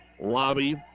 Lobby